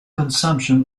consumption